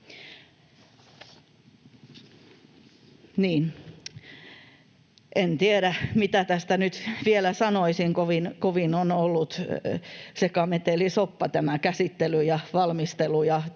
en tiedä, mitä tästä nyt vielä sanoisin. Kovin on ollut sekametelisoppa tämä käsittely ja valmistelu